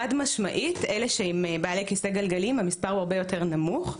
חד-משמעית מספר בעלי כיסא הגלגלים הוא הרבה יותר נמוך.